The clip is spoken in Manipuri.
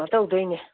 ꯀꯩꯅꯣ ꯇꯧꯗꯣꯏꯅꯦ